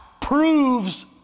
proves